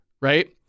right